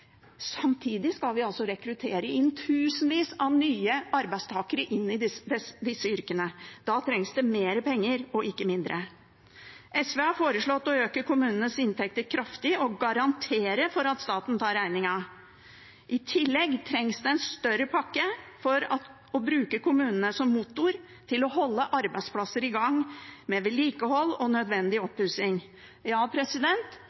Samtidig skal vi altså rekruttere tusenvis av nye arbeidstakere inn i disse yrkene. Da trengs det mer penger, ikke mindre. SV har foreslått å øke kommunenes inntekter kraftig og garantere for at staten tar regningen. I tillegg trengs det en større pakke for å bruke kommunene som motor til å holde arbeidsplasser i gang med vedlikehold og nødvendig oppussing. Ja,